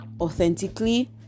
authentically